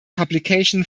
publication